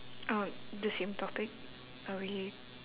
uh the same topic are we